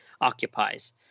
occupies